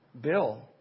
Bill